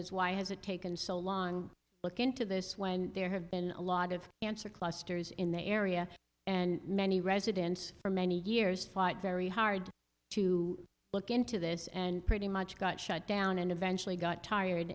is why has it taken so long look into this when there have been a lot of ansar clusters in the area and many residents for many years fought very hard to look into this and pretty much got shut down and eventually got tired